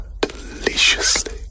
deliciously